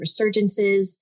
resurgences